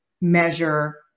measure